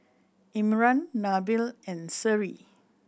Imran Nabil and Seri